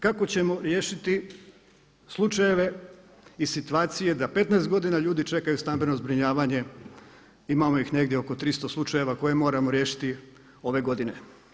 Kako ćemo riješiti slučajeve i situacije da 15 godina ljudi čekaju stambeno zbrinjavanje, imamo ih negdje oko 300 slučajeva koje moramo riješiti ove godine.